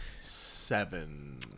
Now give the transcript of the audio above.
seven